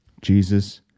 Jesus